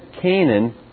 Canaan